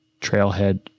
trailhead